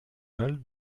mal